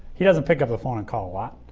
he doesn't pick up the phone and call a lot.